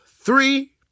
three